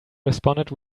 responded